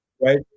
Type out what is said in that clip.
right